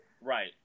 Right